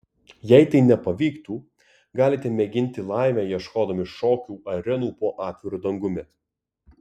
jei tai nepavyktų galite mėginti laimę ieškodami šokių arenų po atviru dangumi